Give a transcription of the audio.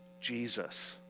Jesus